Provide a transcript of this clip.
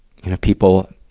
you know people,